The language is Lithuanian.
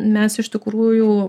mes iš tikrųjų